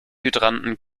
hydranten